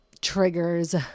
triggers